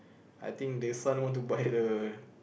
I think the son want to buy a